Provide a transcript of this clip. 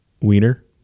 Wiener